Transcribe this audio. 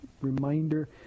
reminder